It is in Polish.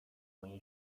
moje